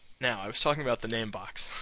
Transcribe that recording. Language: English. now, i was talking about the name box.